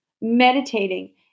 meditating